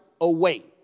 away